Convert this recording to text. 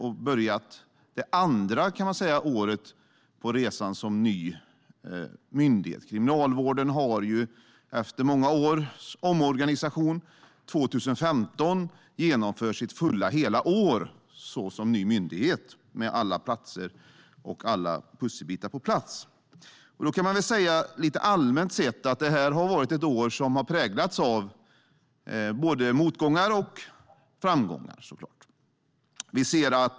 Nu har man börjat det andra året på resan som ny myndighet. Kriminalvården har efter många års omorganisation genomfört sitt fulla hela år 2015 som ny myndighet med alla platser och pusselbitar på plats. Lite allmänt har det varit ett år som har präglats av både motgångar och framgångar.